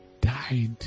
died